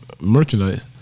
merchandise